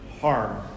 harm